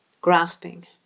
grasping